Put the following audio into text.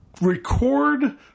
record